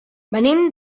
venim